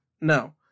No